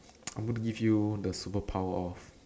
I want to give you the superpower of